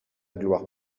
gloire